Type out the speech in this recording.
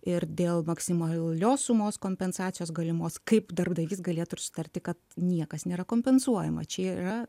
ir dėl maksimalios sumos kompensacijos galimos kaip darbdavys galėtų ir susitarti kad niekas nėra kompensuojama čia yra